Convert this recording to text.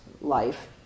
life